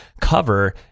cover